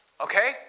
okay